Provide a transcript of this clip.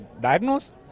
diagnose